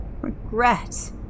Regret